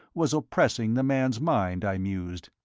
was oppressing the man's mind, i mused.